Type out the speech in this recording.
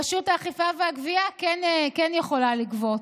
רשות האכיפה והגבייה כן יכולה לגבות.